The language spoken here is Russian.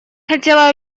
хотела